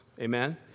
Amen